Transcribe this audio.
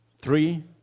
three